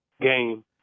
game